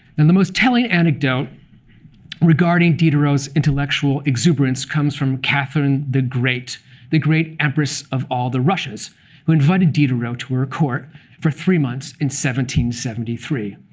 and the most telling anecdote regarding diderot's intellectual exuberance comes from catherine the great the great empress of all the russians who invited diderot to her court for three months in one seventy three.